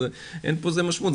אז אין פה משמעות.